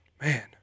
man